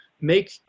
make